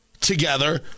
together